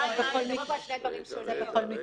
זה בכל מקרה.